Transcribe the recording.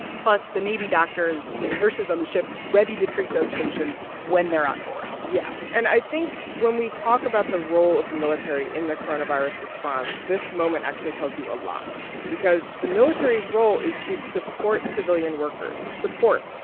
plus the navy doctors and nurses on the ship ready to treat those patients when they're on board yeah. and i think when we talk about the role of the military in the coronavirus response, this moment actually tells you a lot because the military's role is to support civilian workers support,